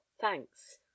thanks